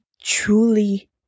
truly